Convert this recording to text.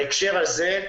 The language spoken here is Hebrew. בהקשר הזה,